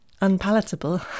unpalatable